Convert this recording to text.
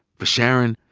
for sharon,